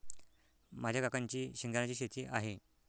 माझ्या काकांची शेंगदाण्याची शेती आहे